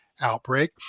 outbreak